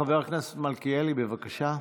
חבר הכנסת מלכיאלי, בבקשה.